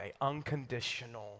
unconditional